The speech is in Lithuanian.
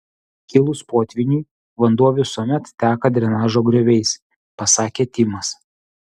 kilus potvyniui vanduo visuomet teka drenažo grioviais pasakė timas